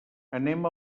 anem